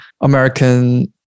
American